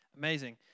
Amazing